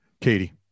katie